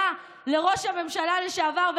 היה לראש הממשלה לשעבר,